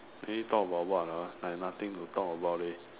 we talk about what ah like nothing to talk about leh